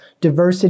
diversity